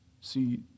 see